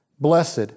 Blessed